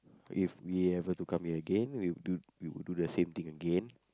if we ever to come here again we we will do the same thing again